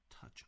touch